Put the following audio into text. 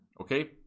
Okay